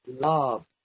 love